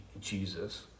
Jesus